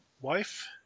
wife